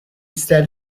stared